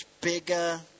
bigger